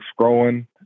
scrolling